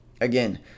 again